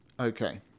Okay